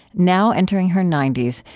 now entering her ninety s,